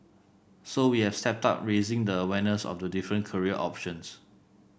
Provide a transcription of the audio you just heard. so we have stepped up raising the awareness of the different career options